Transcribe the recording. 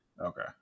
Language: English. Okay